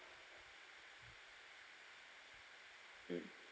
mm